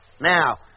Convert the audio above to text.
Now